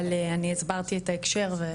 אבל אני הסברתי את ההקשר.